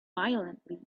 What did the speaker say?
violently